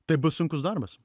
tai bus sunkus darbas